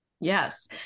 Yes